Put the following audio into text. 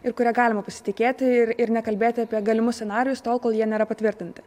ir kuria galima pasitikėti ir ir nekalbėti apie galimus scenarijus tol kol jie nėra patvirtinti